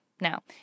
Now